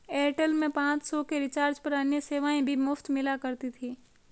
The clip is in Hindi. एयरटेल में पाँच सौ के रिचार्ज पर अन्य सेवाएं भी मुफ़्त मिला करती थी